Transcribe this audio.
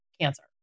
cancer